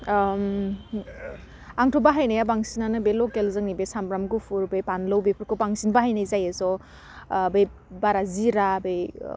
आंथ' बाहायनाया बांसिनानो बे लकेल जोंनि बे सामब्राम गुफुर बे बानलौ बेफोरखौ बांसिन बाहायनाय जायो बे बारा जिरा बे